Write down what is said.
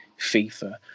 FIFA